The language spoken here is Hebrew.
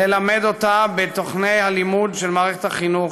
ללמד אותה בתוכני הלימוד של מערכת החינוך,